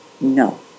No